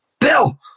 Bill